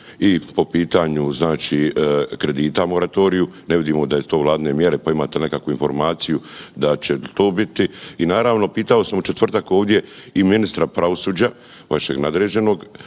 i po pitanju znači kredita u moratoriju, ne vidimo da je to vladine mjere, pa imate li nekakvu informaciju da će to biti. I naravno pitao sam u četvrtak ovdje i ministra pravosuđa, vašeg nadređenog,